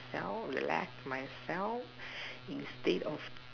self relax myself instead of